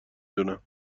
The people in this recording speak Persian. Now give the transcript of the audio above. دونم